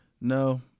no